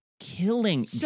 killing